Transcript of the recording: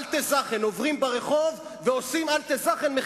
עוברים ברחוב ועושים מכירת אלטע-זאכן,